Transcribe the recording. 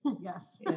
Yes